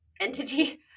entity